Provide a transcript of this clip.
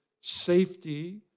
safety